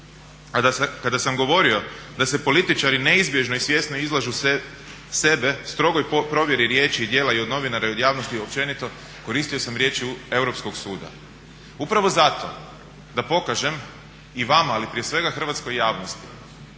Kada sam govorio da se političari neizbježno i svjesno izlažu sebe strogoj provjeri riječi i djela i od novinara i od javnosti općenito, koristio sam riječi Europskog suda upravo zato da pokažem i vama, ali prije svega hrvatskoj javnosti